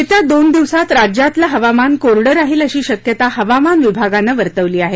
येत्या दोन दिवसात राज्यातलं हवामान कोरडं राहीलं अशी शक्यता हवामान विभागानं वर्तवली आहे